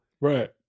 Right